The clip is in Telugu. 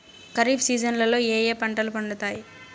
ఖరీఫ్ సీజన్లలో ఏ ఏ పంటలు పండుతాయి